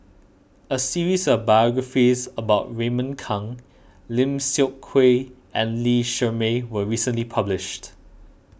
a series of biographies about Raymond Kang Lim Seok Hui and Lee Shermay was recently published